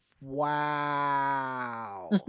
Wow